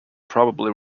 probably